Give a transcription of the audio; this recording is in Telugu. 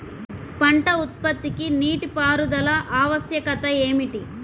పంట ఉత్పత్తికి నీటిపారుదల ఆవశ్యకత ఏమిటీ?